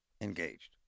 engaged